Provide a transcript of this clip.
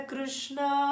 Krishna